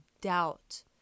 doubt